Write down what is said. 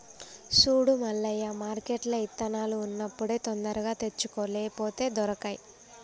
సూడు మల్లయ్య మార్కెట్ల ఇత్తనాలు ఉన్నప్పుడే తొందరగా తెచ్చుకో లేపోతే దొరకై